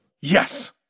Yes